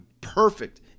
perfect